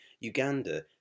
Uganda